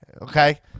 okay